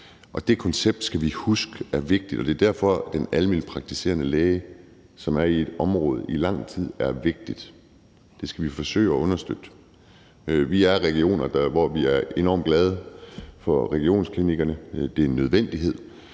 det koncept skal vi huske er vigtigt; det er derfor, at den almenpraktiserende læge, som er i et område i lang tid, er vigtig. Det skal vi forsøge at understøtte. Vi har regioner, hvor vi er enormt glade for regionsklinikkerne. Det er en nødvendighed.